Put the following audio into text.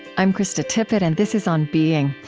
i'm krista tippett, and this is on being.